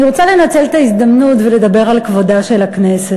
אני רוצה לנצל את ההזדמנות ולדבר על כבודה של הכנסת,